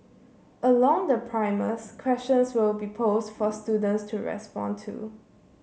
along the primers questions will be posed for students to respond to